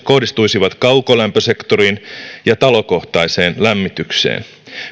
kohdistuisivat kaukolämpösektoriin ja talokohtaiseen lämmitykseen